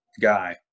guy